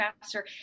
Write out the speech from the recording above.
faster